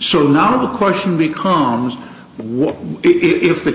so now the question becomes what if the